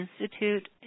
Institute